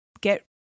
get